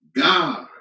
God